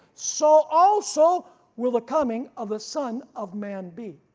so also will the coming of the son of man be.